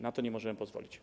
Na to nie możemy pozwolić.